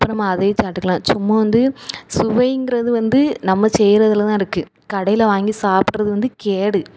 அப்போ நம்ம அதையே சாப்பிட்டுக்கலாம் சும்மா வந்து சுவைங்கின்றது வந்து நம்ம செய்கிறதுல தான் இருக்குது கடையில் வாங்கி சாப்பிட்றது வந்து கேடு